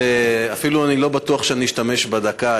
אני לא בטוח שאשתמש אפילו בדקה,